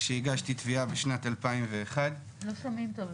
כשהגשתי את התביעה בשנת 2001. לא שומעים טוב.